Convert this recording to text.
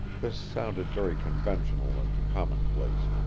this sounded very conventional and commonplace,